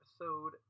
episode